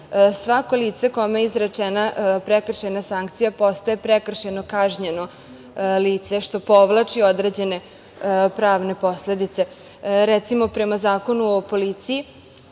svako lice kome je izrečena prekršajna sankcija postaje prekršajno kažnjeno lice, što povlači određene pravne posledice. Recimo prema Zakonu o policiji,